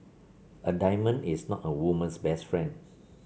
a diamond is not a woman's best friend